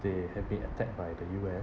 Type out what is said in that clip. they have been attacked by the U_S~